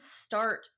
start